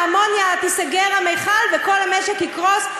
מכל האמוניה ייסגר, וכל המשק יקרוס.